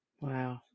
Wow